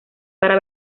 para